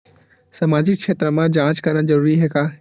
सामाजिक क्षेत्र म जांच करना जरूरी हे का?